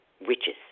witches